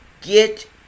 Get